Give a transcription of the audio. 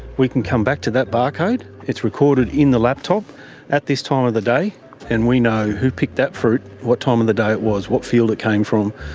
we can come back to that barcode, it's recorded in the laptop at this time of the day and we know who picked that fruit, what time of the day it was, what field it came from,